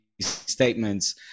statements